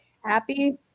happy